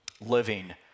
living